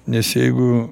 nes jeigu